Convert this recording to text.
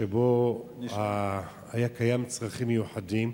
שבו היה קיים "צרכים מיוחדים",